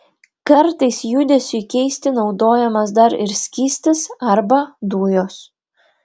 kartais judesiui keisti naudojamas dar ir skystis arba dujos